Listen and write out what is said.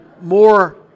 more